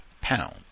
pound